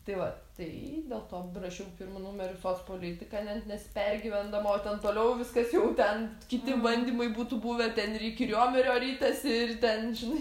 tai va tai dėl to parašiau pirmu numeriu socpolitiką ne nesipergyvendama o ten toliau viskas jau ten kiti bandymai būtų buvę ten ir iki riomerio ritęsi ir ten žinai